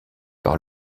par